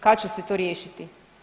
Kad će se to riješiti?